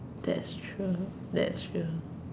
that's true that's true